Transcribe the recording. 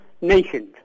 nations